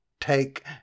take